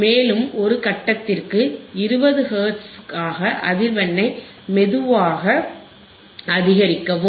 மேலும் ஒரு கட்டத்திற்கு 20 ஹெர்ட்ஸாக அதிர்வெண்ணை மெதுவாக அதிகரிக்கவும்